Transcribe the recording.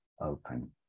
open